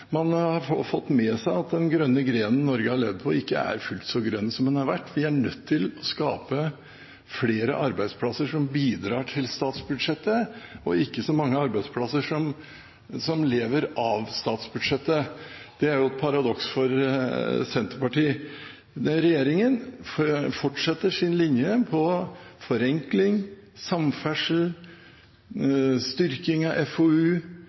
man har fått med seg at den grønne grenen Norge har levd på, ikke er fullt så grønn som den har vært. Vi er nødt til å skape flere arbeidsplasser som bidrar til statsbudsjettet, og ikke så mange arbeidsplasser som lever av statsbudsjettet. Det er jo et paradoks for Senterpartiet. Regjeringen fortsetter sin linje – på forenkling, samferdsel, styrking av FoU,